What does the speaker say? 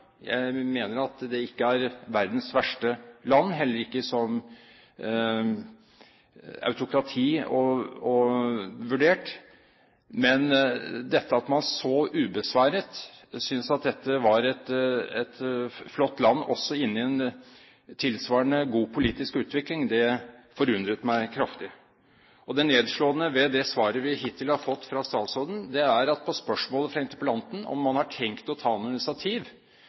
Jeg mener at det ikke er verdens verste land, heller ikke som autokrati vurdert. Men at man så ubesværet synes at dette er et flott land som er inne i en tilsvarende god politisk utvikling, forundret meg kraftig. Det nedslående ved det svaret vi hittil har fått fra statsråden på spørsmålet fra interpellanten om man har tenkt å ta noe initiativ,